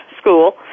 school